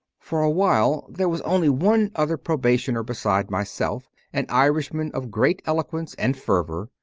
for a while there was only one other probationer besides myself an irishman of great eloquence and fervour,